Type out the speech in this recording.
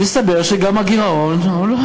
הסתבר שגם הגירעון הוא לא